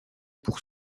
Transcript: pour